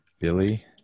Billy